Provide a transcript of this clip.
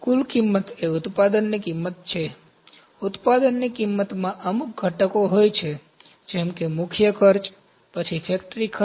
કુલ કિંમત એ ઉત્પાદનની કિંમત છે ઉત્પાદનની કિંમતમાં અમુક ઘટકો હોય છે જેમ કે મુખ્ય ખર્ચ પછી ફેક્ટરી ખર્ચ